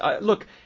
Look